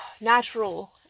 natural